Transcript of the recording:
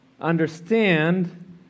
understand